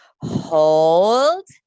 hold